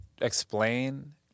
explain